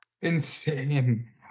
Insane